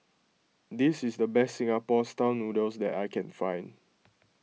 this is the best Singapore Style Noodles that I can find